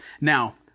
Now